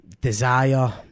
desire